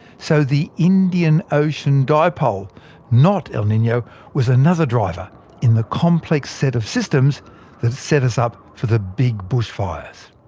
so the indian ocean dipole not el nino was another driver in the complex set of systems that set us up for the big bushfires.